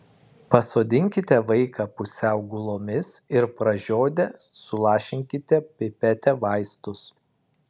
pasodinkite vaiką pusiau gulomis ir pražiodę sulašinkite pipete vaistus